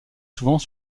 souvent